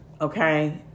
Okay